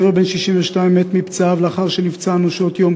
גבר בן 62 מת מפצעיו לאחר שנפצע אנושות יום